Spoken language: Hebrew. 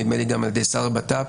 נדמה לי גם ע"י שר הבט"פ,